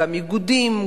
גם איגודים,